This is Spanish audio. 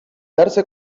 darse